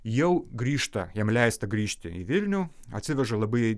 jau grįžta jam leista grįžti į vilnių atsiveža labai